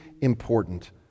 important